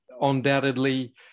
undoubtedly